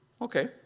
Okay